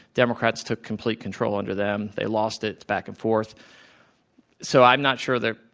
democrats took complete control under them. they lost it back and forth so, i'm not sure that,